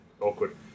Awkward